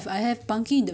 mm